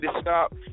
stop